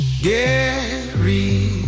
Gary